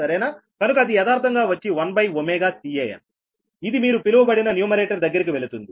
కనుక అది యదార్థంగా వచ్చి 1Can ఇది మీరు పిలవబడిన న్యూమరేటర్ దగ్గరికి వెళుతుంది